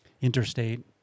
interstate